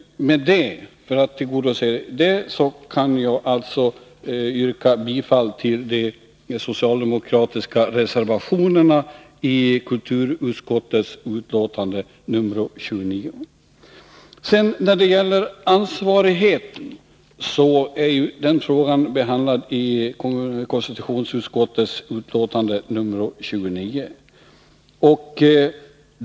För att tillgodose det kan jag alltså yrka bifall till de socialdemokratiska reservationerna i kulturutskottets betänkande nr 29. Frågan om ansvarigheten behandlas i kulturutskottets betänkande nr 29.